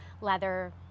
leather